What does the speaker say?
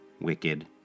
Wicked